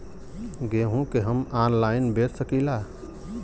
गेहूँ के हम ऑनलाइन बेंच सकी ला?